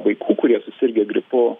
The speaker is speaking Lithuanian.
vaikų kurie susirgę gripu